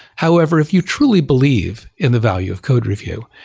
however, if you truly believe in the value of code review,